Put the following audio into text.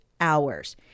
hours